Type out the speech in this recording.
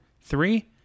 three